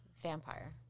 vampire